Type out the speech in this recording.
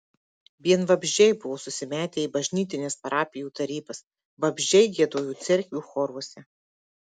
vien vabzdžiai buvo susimetę į bažnytines parapijų tarybas vabzdžiai giedojo cerkvių choruose